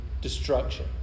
destruction